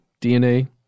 DNA